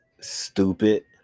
stupid